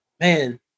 Man